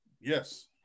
Yes